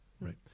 right